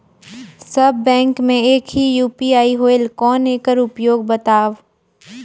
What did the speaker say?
सब bank मे एक ही यू.पी.आई होएल कौन एकर उपयोग बताव?